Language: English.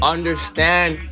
Understand